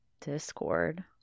discord